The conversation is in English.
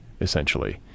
Essentially